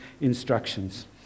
instructions